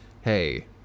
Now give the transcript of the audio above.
hey